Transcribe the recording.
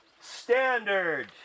Standard